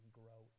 grow